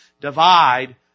divide